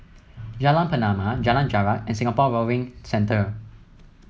Jalan Pernama Jalan Jarak and Singapore Rowing Centre